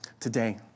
today